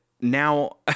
now